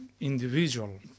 individual